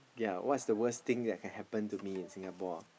ya what's the worst thing that can happen to me in Singapore ah